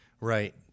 Right